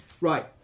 Right